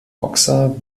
boxer